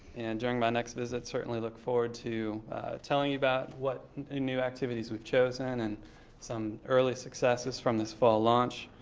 and during my next visit, certainly look forward to telling you about what new activities we've chosen and some early successes from this fall launch.